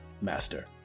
master